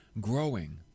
growing